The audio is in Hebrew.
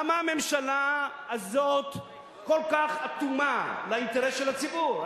למה הממשלה הזאת כל כך אטומה לאינטרס של הציבור?